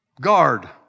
Guard